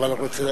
מסתפק.